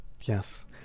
Yes